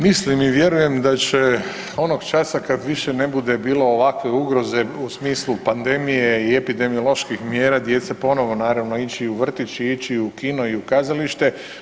Mislim i vjerujem da će onog časa kad više ne bude bilo ovakve ugroze u smislu pandemije i epidemioloških mjera djeca ponovo naravno ići u vrtić i ići u kino i u kazalište.